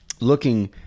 Looking